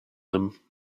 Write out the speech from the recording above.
them